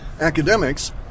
academics